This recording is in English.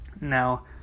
now